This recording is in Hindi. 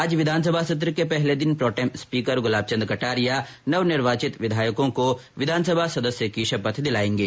आज विधानसभा सत्र के पहले दिन प्रोटेम स्पीकर गुलाब चंद कटारिया नवनिर्वाचित विधायकों को विधानसभा सदस्य की शपथ दिलायेंगे